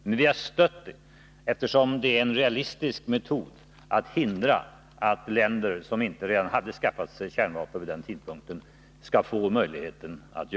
Men vi har stött avtalet, eftersom det är en realistisk metod att hindra kärnvapenspridning.